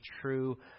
true